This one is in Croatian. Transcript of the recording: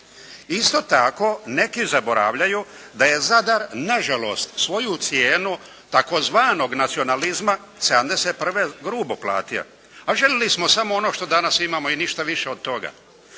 Isto tako neki zaboravljaju da je Zadar nažalost svoju cijenu tzv. nacionalizma '71. grubo platia. A željeli samo ono što danas imamo i ništa više od toga.